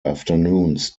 afternoons